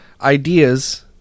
ideas